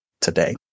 today